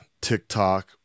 TikTok